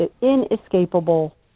inescapable